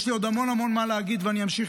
יש לי עוד המון המון מה להגיד ואני אמשיך